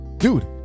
Dude